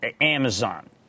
Amazon